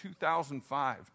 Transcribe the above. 2005